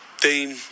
Dean